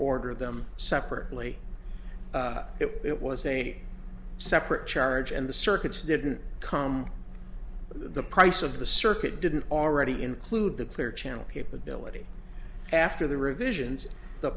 order them separately it was a separate charge and the circuits didn't come but the price of the circuit didn't already include the clear channel capability after the revisions the